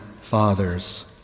Father's